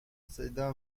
صدا